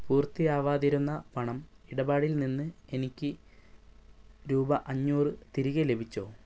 പൂർത്തിയാവാതിരുന്ന പണം ഇടപാടിൽ നിന്ന് എനിക്ക് രൂപ അഞ്ഞൂറ് തിരികെ ലഭിച്ചോ